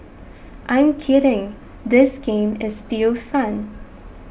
I'm kidding this game is still fun